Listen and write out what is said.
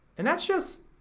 and that's just,